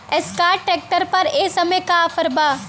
Escort tractor पर ए समय का ऑफ़र बा?